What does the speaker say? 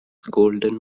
golden